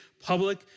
public